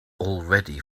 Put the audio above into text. already